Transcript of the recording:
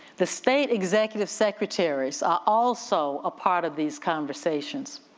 the state executive secretaries are also a part of these conversations,